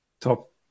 top